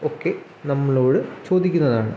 ഒക്കെ നമ്മളോട് ചോദിക്കുന്നതാണ്